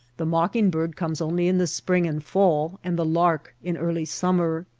the mocking-bird comes only in the spring and fall, and the lark in early summer.